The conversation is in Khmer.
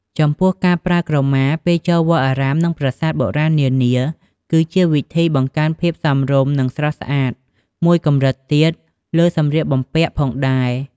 ចំពោះការប្រើក្រមាពេលចូលវត្តអារាម និងប្រាសាទបុរាណនានា គឺជាវិធីបង្កើនភាពសមរម្យនិងស្រស់ស្អាតមួយកម្រិតទៀតលើសម្លៀកបំពាក់ផងដែរ។